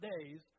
days